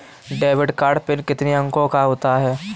Debit card PIN कितने अंकों का होता है?